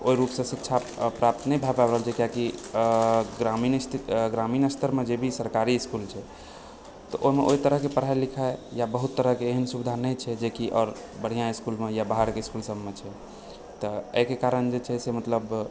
ओहिरूपसँ शिक्षा प्राप्त नहि भए पाबि रहल छै कियाकि ग्रामीण स्थिति ग्रामीण स्तरमे जे भी सरकारी इसकुलमे छै तऽ ओहिमे ओहि तरहके पढाई लिखाई या बहुत तरहके एहन सुविधा नहि छै जेकि आओर बढ़िआँ इसकुलमे होइ यऽ बाहरके इसकुलमे सभमे छै तऽ एहिके कारण जे छै से मतलब